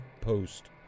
post